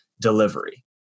delivery